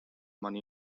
mani